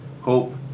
hope